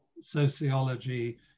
sociology